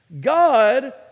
God